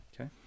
Okay